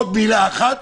עוד מילה אחת